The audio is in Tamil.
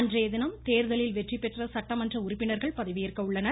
அன்றையதினம் தேர்தலில் வெற்றிபெற்ற சட்டமன்ற உறுப்பினர்கள் பதவியேற்க உள்ளனர்